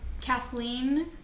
Kathleen